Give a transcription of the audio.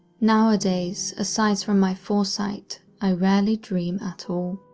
nowadays, asides from my foresight, i rarely dream at all.